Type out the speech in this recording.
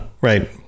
right